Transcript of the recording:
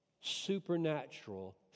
supernatural